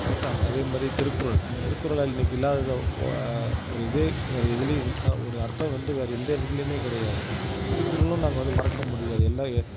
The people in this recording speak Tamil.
வளர்த்தாங்க அதேமாரி திருக்குறள் திருக்குறளால் இன்னைக்கு இல்லாதது ஒரு இதே வேற எதுலேயும் ஒரு அர்த்தம் வந்து வேற எந்த இதுலேயுமே கிடையாது திருக்குறளும் நாங்கள் வந்து மறக்க முடியாது எல்லா